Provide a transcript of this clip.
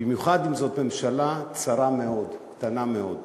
במיוחד אם זאת ממשלה צרה מאוד, קטנה מאוד,